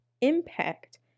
impact